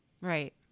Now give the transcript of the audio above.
Right